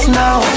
now